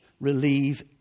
relieve